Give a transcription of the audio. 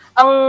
ang